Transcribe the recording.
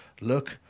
look